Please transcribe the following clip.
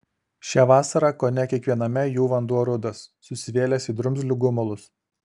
šią vasarą kone kiekviename jų vanduo rudas susivėlęs į drumzlių gumulus